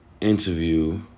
interview